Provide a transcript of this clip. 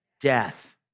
Death